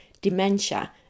dementia